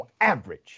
average